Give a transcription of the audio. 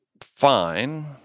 fine